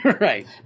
Right